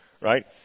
right